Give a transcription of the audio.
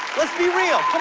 let's be real,